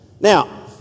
Now